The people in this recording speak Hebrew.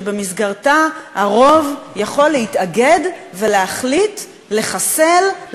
שבמסגרתה הרוב יכול להתאגד ולהחליט לחסל,